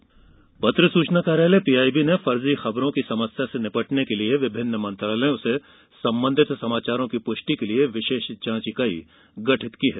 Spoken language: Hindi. फर्जी खबर जांच इकाई पत्र सूचना कार्यालय पीआईबी ने फर्जी खबरों की समस्या से निपटने के लिए विभिन्न मंत्रालय से संबंधित समाचारों की पृष्टि के लिए विशेष जांच इकाई गठित की है